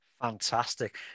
Fantastic